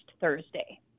Thursday